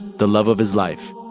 the love of his life,